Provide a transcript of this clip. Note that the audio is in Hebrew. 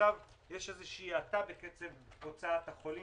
עכשיו יש איזו האטה בקצב הוצאת החולים.